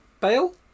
bail